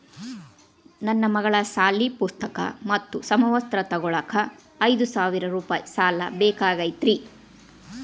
ನನ್ನ ಮಗಳ ಸಾಲಿ ಪುಸ್ತಕ್ ಮತ್ತ ಸಮವಸ್ತ್ರ ತೊಗೋಳಾಕ್ ಐದು ಸಾವಿರ ರೂಪಾಯಿ ಸಾಲ ಬೇಕಾಗೈತ್ರಿ